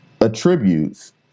attributes